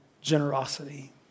generosity